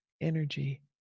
energy